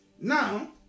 Now